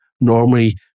normally